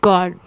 God